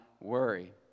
worry